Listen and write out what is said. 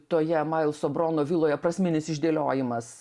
toje mailso brono viloje prasminis išdėliojimas